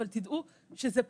אבל תדעו שבסוף,